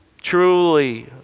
truly